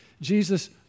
Jesus